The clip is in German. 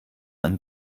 einen